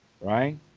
right